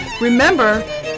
Remember